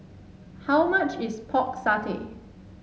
how much is Pork Satay